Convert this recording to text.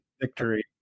victory